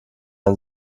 ein